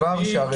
מדובר על